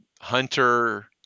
hunter